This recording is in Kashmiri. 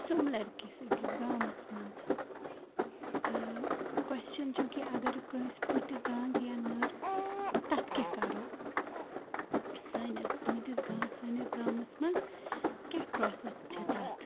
سُمبٛلَر کِس أکِس گامَس منٛز تہٕ کۄسچن چھُ کہِ اگر کٲنٛسہِ فُٹہِ زَنٛگ یا نٔر تَتھ کیٛاہ کَرَو سٲنِس تُہٕنٛدس سٲنِس گامَس منٛز کیٛاہ پروسس چھےٚ تَتھ